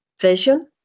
vision